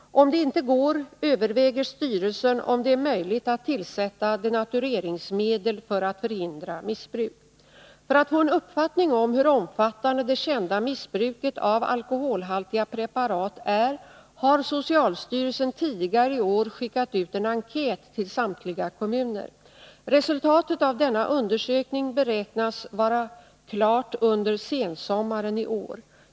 Om det inte går, överväger styrelsen om det är möjligt att tillsätta denatureringsmedel för att förhindra missbruk. För att få en uppfattning om hur omfattande det kända missbruket av alkoholhaltiga preparat är har socialstyrelsen tidigare i år skickat ut en enkät till samtliga kommuner. Resultatet av denna undersökning beräknas vara klart under sensommaren i år.